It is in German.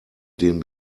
den